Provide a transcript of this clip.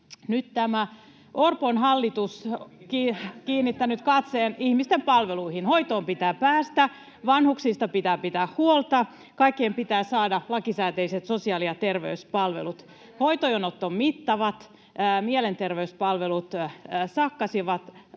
Nyt tämä Orpon hallitus on kiinnittänyt katseen ihmisten palveluihin. Hoitoon pitää päästä, vanhuksista pitää pitää huolta, kaikkien pitää saada lakisääteiset sosiaali‑ ja terveyspalvelut. [Li Anderssonin välihuuto] Hoitojonot ovat mittavat, mielenterveyspalvelut sakkasivat